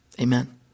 Amen